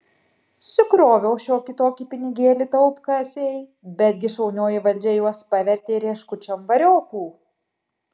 susikroviau šiokį tokį pinigėlį taupkasėj bet gi šaunioji valdžia juos pavertė rieškučiom variokų